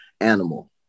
animal